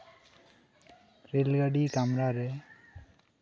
rail ᱜᱟᱹᱰᱤ ᱠᱟᱢᱨᱟ ᱨᱮ